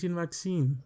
vaccine